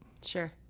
Sure